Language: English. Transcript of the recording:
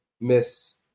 miss